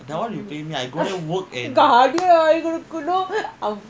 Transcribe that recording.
காடி வாங்கி கொடுக்கணும்:kaadi vaanki kotukkanuum